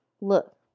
Look